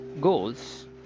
goals